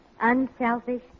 unselfish